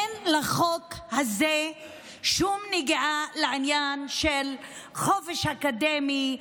אין לחוק הזה שום נגיעה לעניין של חופש אקדמי,